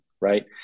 Right